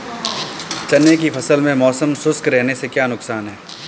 चने की फसल में मौसम शुष्क रहने से क्या नुकसान है?